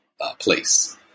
place